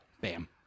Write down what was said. Bam